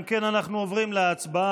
אם כן, אנחנו עוברים להצבעה.